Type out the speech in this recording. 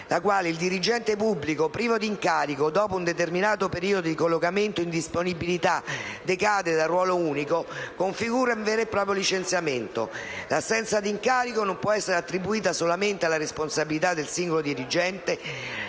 la quale il dirigente pubblico privo di incarico, dopo un determinato periodo di collocamento in disponibilità, decade dal ruolo unico, configura un vero e proprio licenziamento. L'assenza di incarico non può essere attribuita solamente alla responsabilità del singolo dirigente,